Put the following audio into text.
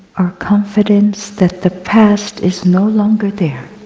our confidence that the past is no longer there.